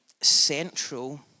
central